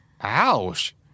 Ouch